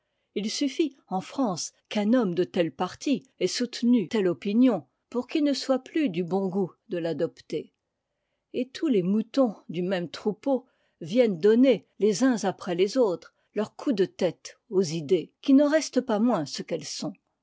it suffit en france qu'un homme de tel parti ait soutenu telle opinion pour qu'il ne soit plus du bon goût de l'adopter et tous les moutons du même troupeau viennent donner les uns après les autres leurs coups de tête aux idées qui n'en restent pas moins ce qu'elles sont